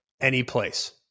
anyplace